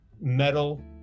metal